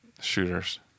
Shooters